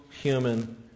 human